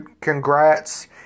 congrats